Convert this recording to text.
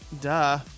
duh